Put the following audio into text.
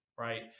Right